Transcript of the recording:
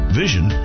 vision